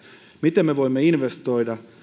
miten me voimme investoida